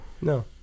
No